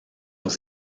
aux